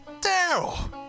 Daryl